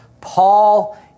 Paul